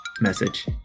message